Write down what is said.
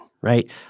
right